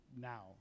now